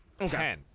Okay